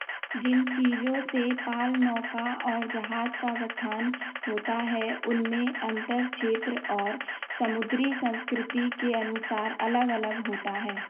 जिन चीज़ों से पाल नौका और जहाज का गठन होता है उनमें अंतर क्षेत्र और समुद्री संस्कृति के अनुसार अलग अलग होता है